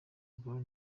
brown